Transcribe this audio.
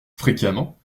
fréquemment